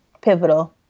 pivotal